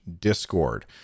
discord